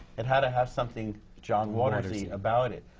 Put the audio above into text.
it had to have something john waters-y about it.